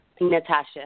Natasha